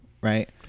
right